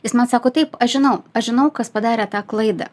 jis man sako taip aš žinau aš žinau kas padarė tą klaidą